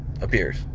appears